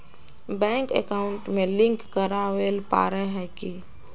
Bank account में link करावेल पारे है की?